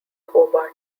hobart